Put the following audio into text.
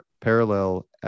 parallel